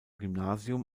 gymnasium